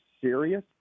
serious